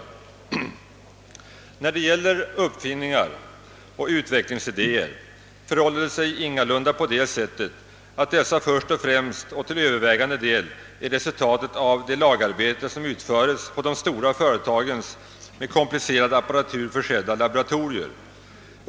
Det är ingalunda så, att uppfinningar och utvecklingsidéer till övervägande del är resultat av det lagarbete som utförs på de stora företagens med komplicerad apparatur försedda laboratorier.